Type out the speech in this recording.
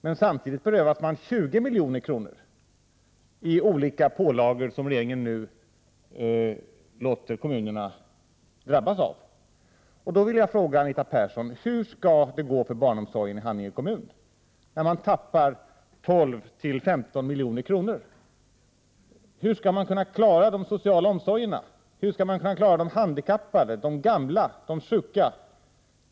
Men samtidigt berövas kommunen 20 milj.kr. i olika pålagor som regeringen nu låter drabba kommunerna. Jag vill ställa en fråga till Anita Persson. Hur skall det gå för barnomsorgen i Haninge kommun när kommunen förlorar 12—15 milj.kr.? Hur skall denna kommun kunna klara de sociala omsorgerna — de handikappade, de gamla och de sjuka?